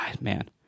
Man